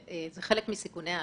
זה חלק מסיכוני האשראי.